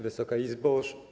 Wysoka Izbo!